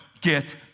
get